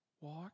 Walk